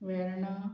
वॅर्णा